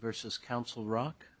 versus council rock